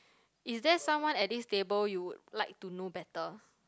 is there someone at this table you would like to know better